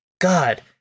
God